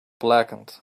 blackened